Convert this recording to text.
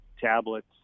tablets